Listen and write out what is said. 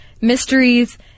mysteries